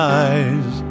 eyes